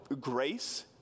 grace